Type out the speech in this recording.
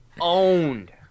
Owned